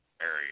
area